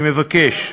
אני מבקש.